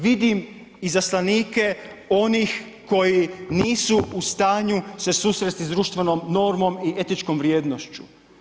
Vidim izaslanike onih koji nisu u stanju se susresti s društvenom normom i etičkom vrijednošću.